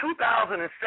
2007